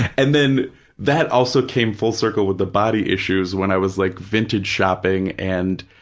and then that also came full circle with the body issues when i was like vintage shopping and,